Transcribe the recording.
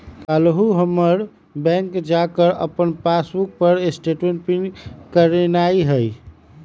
काल्हू हमरा बैंक जा कऽ अप्पन पासबुक पर स्टेटमेंट प्रिंट करेनाइ हइ